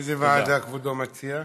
תודה.